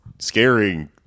scaring